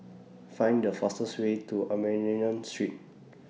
Find The fastest Way to Armenian Street